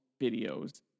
videos